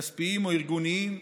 כספיים או ארגוניים,